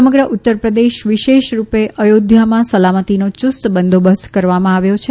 સમગ્ર ઉત્તર પ્રદેશ વિશેષ રૂપે અયોધ્યામાં સલામતીનો યુસ્ત બંદોબસ્ત કરવામાં આવ્યો છે